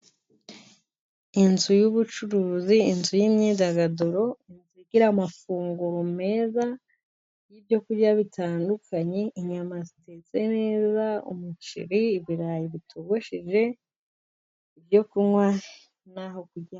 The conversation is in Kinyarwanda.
Inzu y'ubucuruzi, inzu y'imyidagaduro, inzu igira amafunguro meza, ibyo kurya bitandukanye, inyama zitetse neza, umuceri, ibirayi bitogosheje, ibyo kunywa, no kurya.